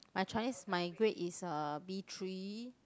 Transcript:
I Chinese my grade is uh B three